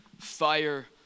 Fire